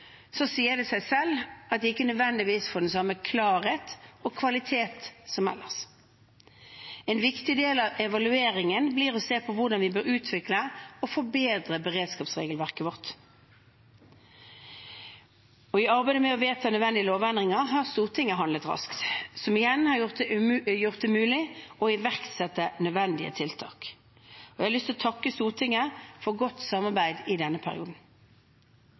sier det seg selv at de ikke nødvendigvis får den samme klarhet og kvalitet som ellers. En viktig del av evalueringen blir å se på hvordan vi bør utvikle og forbedre beredskapsregelverket vårt. I arbeidet med å vedta nødvendige lovendringer har Stortinget handlet raskt, noe som igjen har gjort det mulig å iverksette nødvendige tiltak. Jeg har lyst til å takke Stortinget for godt samarbeid i denne perioden.